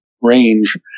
range